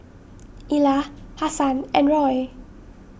Ilah Hasan and Roy